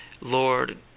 Lord